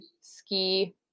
ski